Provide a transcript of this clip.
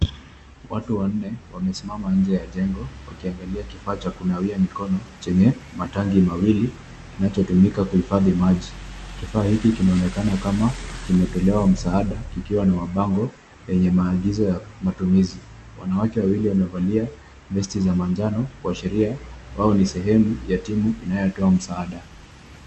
Watu wanne wamesimama nje ya jengo wakiangalia kifaa cha kunawia mikono chenye matangi mawili kinachotumika kuhifadhi maji. Kifaa hiki kinaonekana kama kimetolewa msaada kikiwa na mabango yenye maagizo ya matumizi. Wanawake wawili wamevalia vesti za manjano kuashiria au ni sehemu ya timu inayotoa msaada.